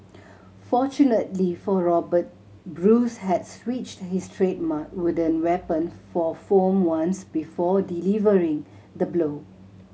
fortunately for Robert Bruce had switched his trademark wooden weapon for foam ones before delivering the blow